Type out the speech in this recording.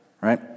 right